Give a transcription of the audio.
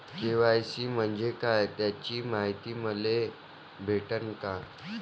KYC म्हंजे काय त्याची मायती मले भेटन का?